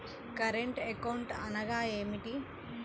Current account అనగా ఏమిటి?